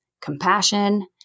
Compassion